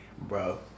Bro